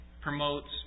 promotes